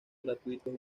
gratuitos